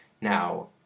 Now